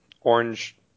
orange